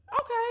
okay